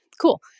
Cool